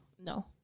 No